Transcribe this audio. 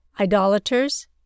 idolaters